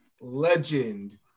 legend